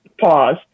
Pause